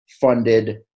funded